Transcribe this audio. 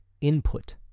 input